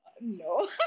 No